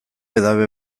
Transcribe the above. edabe